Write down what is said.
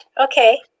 Okay